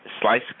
slice